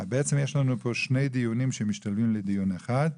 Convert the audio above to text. יש לנו פה שני דיונים שמשתלבים לדיון אחד.